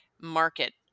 market